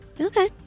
Okay